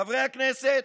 חברי הכנסת,